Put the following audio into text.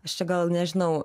aš čia gal nežinau